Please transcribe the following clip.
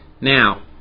now